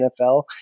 NFL